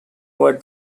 were